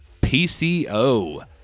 PCO